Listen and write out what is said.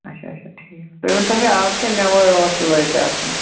اچھا اچھا ٹھیٖک تُہۍ ؤنۍتَو مےٚ اَز کیٛاہ میٚوا ویٚوا چھُ اَتہِ آسان